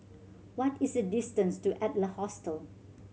what is the distance to Adler Hostel